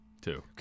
Two